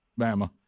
Bama